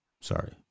Sorry